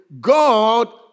God